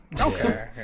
Okay